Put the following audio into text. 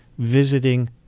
visiting